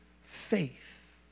faith